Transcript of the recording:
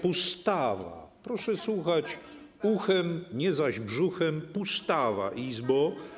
Pustawa - proszę słuchać uchem, nie zaś brzuchem - Pustawa Izbo!